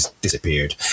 disappeared